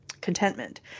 contentment